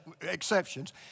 exceptions